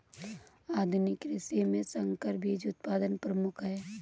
आधुनिक कृषि में संकर बीज उत्पादन प्रमुख है